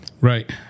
Right